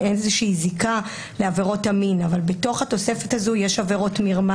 זיקה לעבירות המין אבל בתוך התוספת הזו יש עבירות מרמה